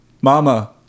Mama